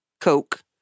Coke